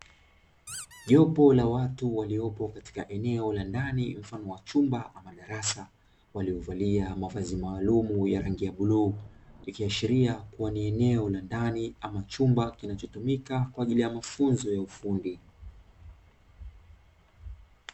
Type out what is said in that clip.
Jopo la watu waliopo katika eneo la ndani mfano wa chumba ama darasa, waliovalia mavazi maalumu ya rangi ya bluu ikiashiria kuwa ni eneo la ndani ama chumba kinachotumika kwa ajili ya mafunzo ya ufundi.